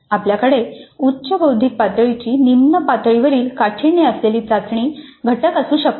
आपल्याकडे उच्च बौद्धिक पातळीची निम्न पातळीवरील काठिण्य असलेले चाचणी घटक असू शकतात